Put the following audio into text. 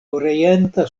orienta